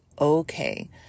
okay